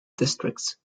districts